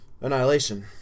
Annihilation